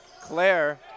Claire